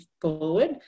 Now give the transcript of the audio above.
forward